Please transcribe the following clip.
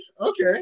okay